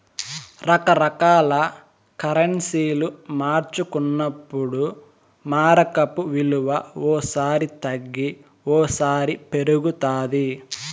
రకరకాల కరెన్సీలు మార్చుకున్నప్పుడు మారకపు విలువ ఓ సారి తగ్గి ఓసారి పెరుగుతాది